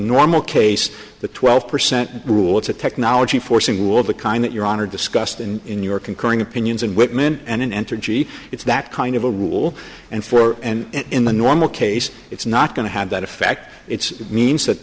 normal case the twelve percent rule it's a technology forcing rule the kind that your honor discussed in in your concurring opinions and whitman and in entergy it's that kind of a rule and for and in the normal case it's not going to have that effect it's means